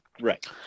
Right